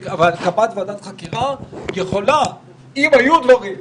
הקמת ועדת חקירה יכולה להצביע אם היו דברים,